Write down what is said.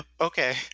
Okay